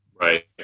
Right